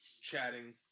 chatting